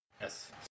Yes